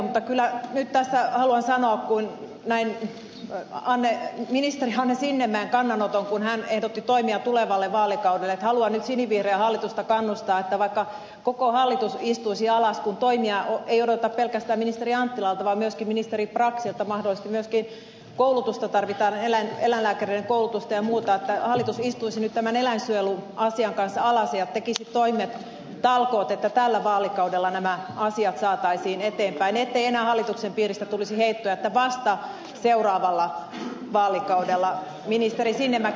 mutta kyllä nyt tässä haluan sanoa kun näin ministeri anni sinnemäen kannanoton jossa hän ehdotti toimia tulevalle vaalikaudelle että haluaa nyt sinivihreää hallitusta kannustaa että vaikka koko hallitus istuisi alas kun toimia ei odoteta pelkästään ministeri anttilalta vaan myöskin ministeri braxilta mahdollisesti myöskin eläinlääkärien koulutusta tarvitaan ja muuta että hallitus istuisi nyt tämän eläinsuojeluasian kanssa alas ja tekisi toimet talkoot että tällä vaalikaudella nämä asiat saataisiin eteenpäin ettei enää hallituksen piiristä tulisi heittoja että vasta seuraavalla vaalikaudella ministeri sinnemäki